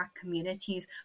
communities